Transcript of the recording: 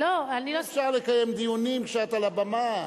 אי-אפשר לקיים דיונים כשאת על הבמה.